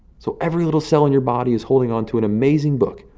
so every little cell in your body is holding on to an amazing book,